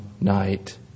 night